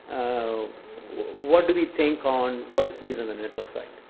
ah what do we think on what is needed on the network side?